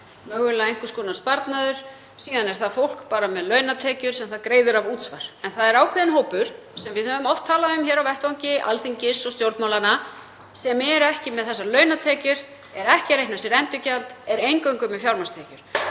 mögulega einhvers konar sparnaður. Síðan er það fólk með launatekjur sem það greiðir útsvar af. En það er ákveðinn hópur sem við höfum oft talað um hér á vettvangi Alþingis og stjórnmálanna sem er ekki með launatekjur, sem reiknar sér ekki endurgjald, er eingöngu með fjármagnstekjur.